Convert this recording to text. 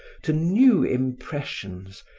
to new impressions,